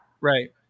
right